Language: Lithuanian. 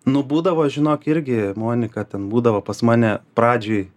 nu būdavo žinok irgi monika ten būdavo pas mane pradžioj